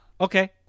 Okay